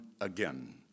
again